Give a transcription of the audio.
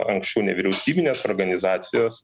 anksčiau nevyriausybinės organizacijos